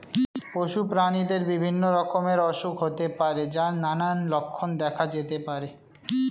পশু প্রাণীদের বিভিন্ন রকমের অসুখ হতে পারে যার নানান লক্ষণ দেখা যেতে পারে